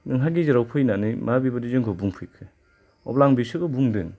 नोंहा गेजेराव फैनानै मा बेबादि जोंखौ बुंफैखो अब्ला आं बेसोरखौ बुंदों